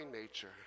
nature